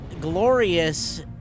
glorious